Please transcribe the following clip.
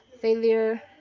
failure